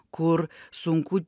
kur sunku